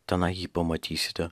tenai jį pamatysite